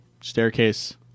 staircase